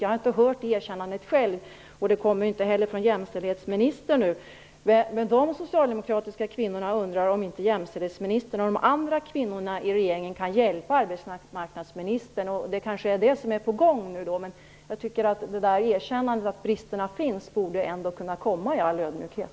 Jag har inte hört det erkännandet själv, och det kommer inte heller från jämställdhetsministern nu. Men dessa socialdemokratiska kvinnor undrar om inte jämställdhetsministern och de andra kvinnorna i regeringen kan hjälpa arbetsmarknadsministern. Kanske är det på gång nu, men jag tycker att ett erkännande om att det finns brister borde kunna komma i all ödmjukhet.